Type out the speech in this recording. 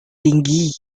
tinggi